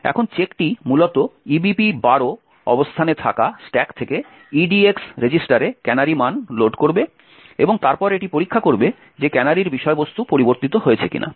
এখন চেকটি মূলত EBP 12 অবস্থানে থাকা স্ট্যাক থেকে EDX রেজিস্টারে ক্যানারি মান লোড করবে এবং তারপর এটি পরীক্ষা করবে যে ক্যানারির বিষয়বস্তু পরিবর্তিত হয়েছে কিনা